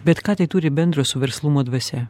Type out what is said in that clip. bet ką tai turi bendro su verslumo dvasia